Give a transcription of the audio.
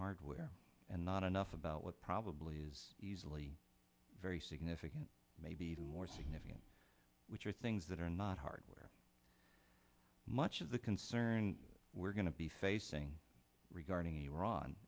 hardware and not enough about what probably is easily very significant maybe even more significant which are things that are not hardware much of the concern we're going to be facing regarding iran